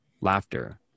laughter